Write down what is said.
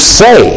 say